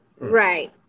Right